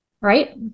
right